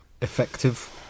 effective